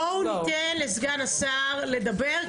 הפנים): בואו ניתן לסגן השר לדבר.